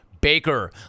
Baker